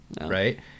Right